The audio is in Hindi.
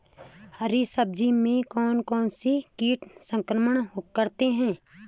हरी सब्जी में कौन कौन से कीट संक्रमण करते हैं?